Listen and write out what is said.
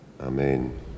amen